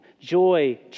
Joy